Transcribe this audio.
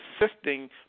assisting